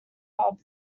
hob